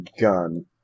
gun